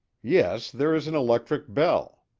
yes, there is an electric bell.